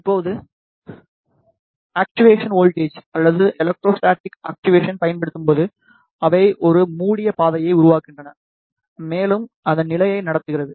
இப்போது actuation voltage அல்லது electrostatic actuation பயன்படுத்தப்படும்போது அவை ஒரு மூடிய பாதையை உருவாக்குகின்றன மேலும் அதன் நிலையை நடத்துகிறது